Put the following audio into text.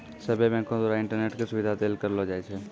सभ्भे बैंको द्वारा इंटरनेट के सुविधा देल करलो जाय छै